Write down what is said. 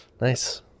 Nice